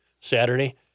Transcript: Saturday